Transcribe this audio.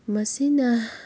ꯃꯁꯤꯅ